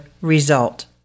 result